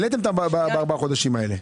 כבר העליתם בארבעת החודשים האלה.